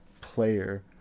player